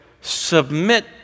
submit